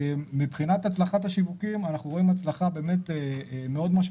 מבחינת הצלחת השיווקים אנחנו רואים הצלחה מאוד משמעותית.